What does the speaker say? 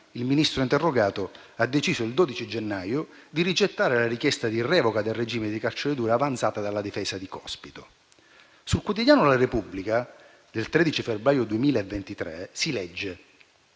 il Ministro interrogato ha deciso il 12 gennaio di rigettare la richiesta di revoca del regime di carcere duro avanzata dalla difesa di Cospito. Sul quotidiano «la Repubblica» del 13 febbraio 2023 si legge